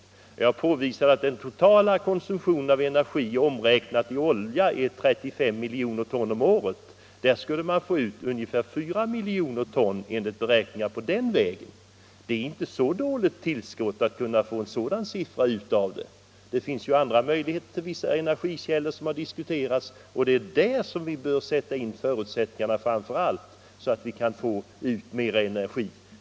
Jag påvisade att den totala konsumtionen av energi omräknat i olja är 35 miljoner ton om året. Den här vägen skulle man få ut ungefär 4 miljoner ton. Det är inte något dåligt tillskott. Det finns också andra möjligheter till energikällor som har diskuterats, och det är framför allt de förutsättningarna vi bör utnyttja för att få mer energi.